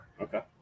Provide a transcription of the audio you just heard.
Okay